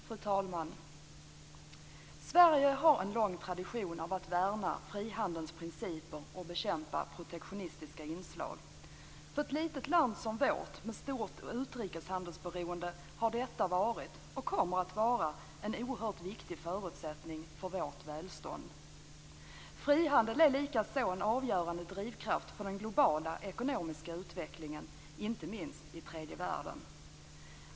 Fru talman! Sverige har en lång tradition av att värna frihandelns principer och bekämpa protektionistiska inslag. För ett litet land som vårt, med stort utrikeshandelsberoende, har detta varit - och kommer att vara - en oerhört viktig förutsättning för vårt välstånd. Frihandel är likaså en avgörande drivkraft för den globala ekonomiska utvecklingen - inte minst i tredje världen.